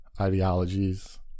ideologies